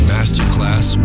Masterclass